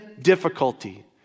Difficulty